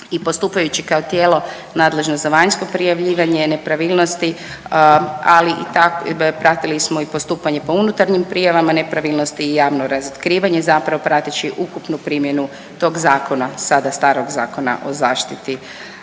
I postupajući kao tijelo nadležno za vanjsko prijavljivanje nepravilnosti, ali pratili smo i postupanje po unutarnjim prijavama nepravilnosti i javno razotkrivanje zapravo prateći ukupnu primjenu tog zakona, sada starog Zakona o zaštiti